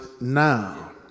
now